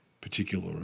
particular